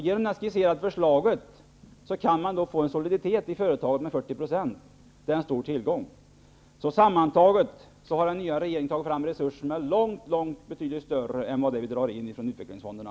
Genom det skisserade förslaget kan de få en soliditet i företaget på 40 %. Det är en stor tillgång. Sammantaget har den nya regeringen tagit fram resurser som är betydligt mycket större än de vi nu drar in från utvecklingsfonderna.